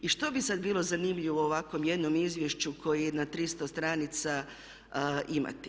I što bi sada bilo zanimljivo u ovako jednom izvješću koji je na 300 stranica imati?